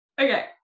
Okay